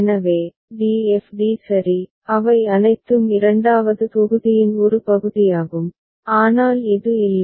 எனவே d f d சரி அவை அனைத்தும் இரண்டாவது தொகுதியின் ஒரு பகுதியாகும் ஆனால் இது இல்லை